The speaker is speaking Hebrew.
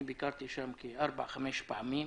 אני ביקרתי שם כחמש פעמים,